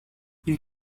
ils